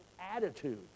attitude